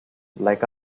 like